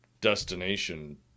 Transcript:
destination